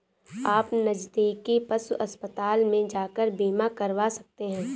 आप नज़दीकी पशु अस्पताल में जाकर बीमा करवा सकते है